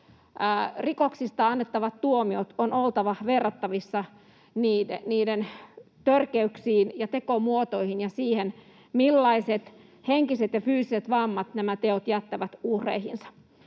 Rikoksista annettavien tuomioiden on oltava verrattavissa niiden törkeyksiin ja tekomuotoihin ja siihen, millaiset henkiset ja fyysiset vammat nämä teot jättävät uhreihinsa.